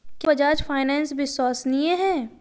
क्या बजाज फाइनेंस विश्वसनीय है?